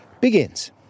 begins